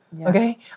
Okay